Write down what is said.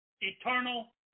eternal